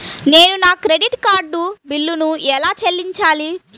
నేను నా credit card బిల్లును ఎలా చెల్లించాలీ?